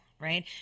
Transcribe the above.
right